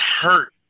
hurt